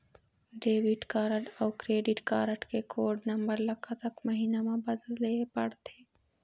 Debit card अऊ credit card code कोड नंबर ला कतक महीना मा बदले पड़थे?